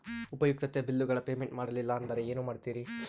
ಉಪಯುಕ್ತತೆ ಬಿಲ್ಲುಗಳ ಪೇಮೆಂಟ್ ಮಾಡಲಿಲ್ಲ ಅಂದರೆ ಏನು ಮಾಡುತ್ತೇರಿ?